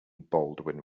baldwin